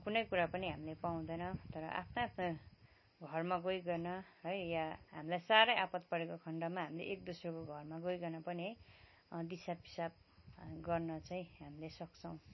कुनै कुरा पनि हामीले पाउँदैनँ तर आफ्ना आफ्ना घरमा गइकन है या हामीलाई साह्रै आपत परेको खन्डमा हामीले एक दुस्राको घरमा गइकन पनि है दिसा पिसाब गर्न चाहिँ हामीले सक्छौँ